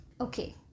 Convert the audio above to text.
Okay